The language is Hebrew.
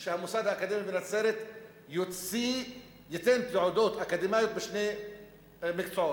בכך שהמוסד האקדמי בנצרת ייתן תעודות אקדמיות בשני מקצועות,